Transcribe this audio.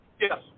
Yes